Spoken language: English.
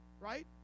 right